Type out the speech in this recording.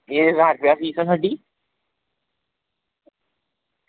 एह् ज्हार रपेआ फीस ऐ साड्ढी